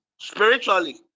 spiritually